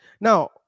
Now